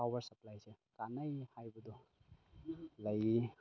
power ꯁꯄ꯭ꯂꯥꯏꯁꯦ ꯀꯥꯟꯅꯩ ꯍꯥꯏꯕꯗꯣ ꯂꯩ